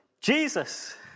Jesus